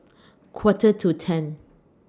Quarter to ten